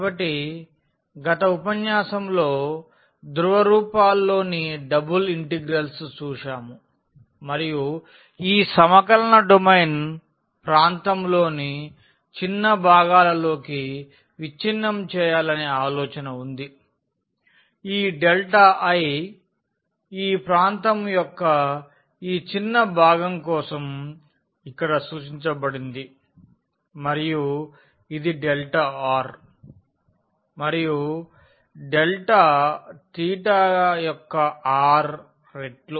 కాబట్టి గత ఉపన్యాసంలో ధ్రువ రూపాల్లోని డబుల్ ఇంటిగ్రల్స్ చూశాము మరియు ఈ సమకలన డొమైన్ ప్రాంతంలోని చిన్న భాగాలలోకి విచ్ఛిన్నం చేయాలనే ఆలోచన ఉంది ఈ డెల్టా ∆i ఈ ప్రాంతం యొక్క ఈ చిన్న భాగం కోసం ఇక్కడ సూచించబడింది మరియు ఇది డెల్టా ∆r మరియు డెల్టా తీటా యొక్క r రెట్లు